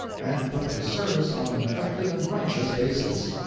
and put the service on an effective and righteous basis.